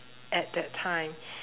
at that time